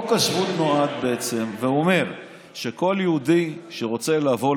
חוק השבות בעצם אומר שכל יהודי שרוצה לבוא